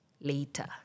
later